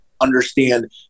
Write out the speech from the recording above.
understand